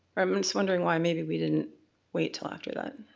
i'm just wondering why maybe we didn't wait until after that.